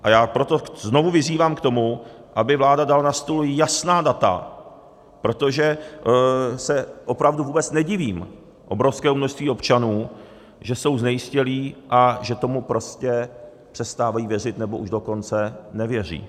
A já proto znovu vyzývám k tomu, aby vláda dala na stůl jasná data, protože se opravdu vůbec nedivím obrovskému množství občanů, že jsou znejistělí a že tomu prostě přestávají věřit, nebo už dokonce nevěří.